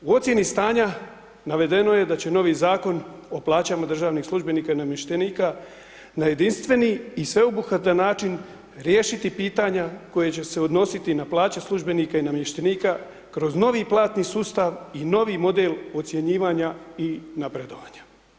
U ocjeni stanja, navedeno je da će novi Zakon o plaćam državnih službenika i namještenika, na jedinstveni i sveobuhvatni način, riješiti pitanja, koje će se odnositi na plaće službenika i namještenika, kroz novi platni sustav i novi model ocjenjivanja i napredovanja.